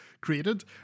created